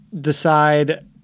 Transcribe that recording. decide